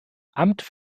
amt